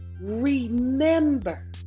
remember